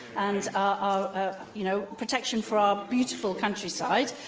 and ah ah you know protection for our beautiful countryside.